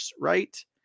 Right